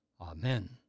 Amen